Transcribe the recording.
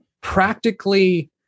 practically